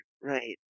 Right